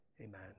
amen